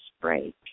break